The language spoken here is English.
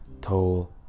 toll